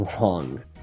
wrong